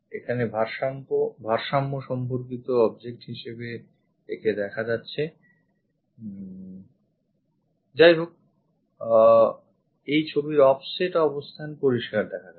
এখানে ভারসাম্য সম্পর্কিত object হিসেবে একে দেখাচ্ছে যাইহোক ওই ছবির offset অবস্থান পরিস্কার দেখা যাচ্ছে